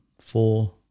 four